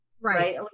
Right